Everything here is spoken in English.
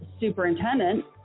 superintendent